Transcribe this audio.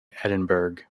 edinburgh